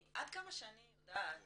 עד כמה שאני יודעת